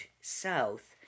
South